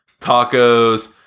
tacos